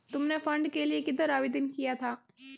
तुमने फंड के लिए किधर आवेदन किया था?